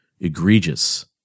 egregious